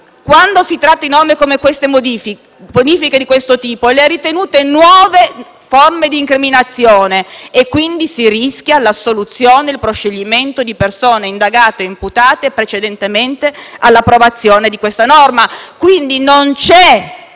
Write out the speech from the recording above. quando si tratta di modifiche di questo tipo le ha ritenute nuove forme di incriminazione e quindi si rischia l'assoluzione, il proscioglimento di persone indagate e imputate precedentemente all'approvazione di questa norma. Quindi non c'è